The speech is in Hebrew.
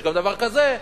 יש גם דבר כזה.